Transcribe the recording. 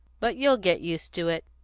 but you'll get used to it.